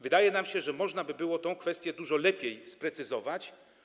Wydaje nam się, że można by było tę kwestię dużo lepiej sprecyzować,